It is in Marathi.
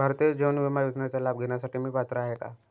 भारतीय जीवन विमा योजनेचा लाभ घेण्यासाठी मी पात्र आहे का?